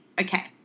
Okay